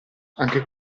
anche